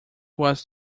was